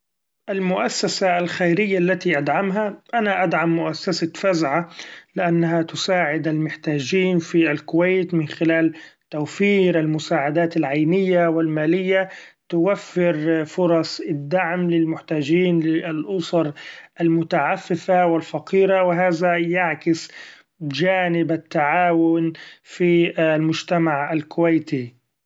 المؤسسة الخيرية التي أدعمها: أنا أدعم مؤسسسة فزعه ؛ لأنها تساعد المحتاجين في الكويت من خلال توفير المساعدات العينية و المالية ، توفر فرص الدعم للمحتاجين للأسر المتعففه و الفقيرة ، وهذا يعكس جانب التعاون في المجتمع الكويتي.